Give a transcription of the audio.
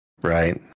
Right